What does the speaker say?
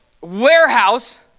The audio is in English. warehouse